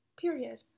period